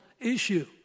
issue